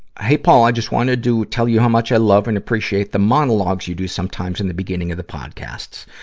hey, paul. i just wanted to tell you how much i love and appreciate the monologues you do sometimes in the beginning of the podcasts.